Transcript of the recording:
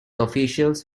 officials